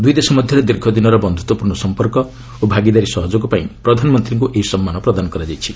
ଦୁଇ ଦେଶ ମଧ୍ୟରେ ଦୀର୍ଘ ଦିନର ବନ୍ଧୁତ୍ୱପୂର୍ଣ୍ଣ ସମ୍ପର୍କ ଓ ଭାଗିଦାରୀ ସହଯୋଗ ପାଇଁ ପ୍ରଧାନମନ୍ତ୍ରୀଙ୍କୁ ଏହି ସମ୍ମାନ ପ୍ରଦାନ କରାଯାଇଛି